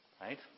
Right